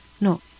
No